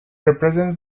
represents